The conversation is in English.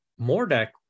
Mordek